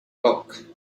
bulk